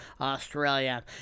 Australia